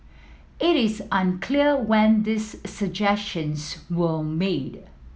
it is unclear when these suggestions were made